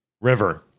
river